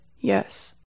yes